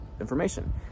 information